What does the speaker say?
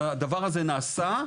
הדבר הזה נעשה,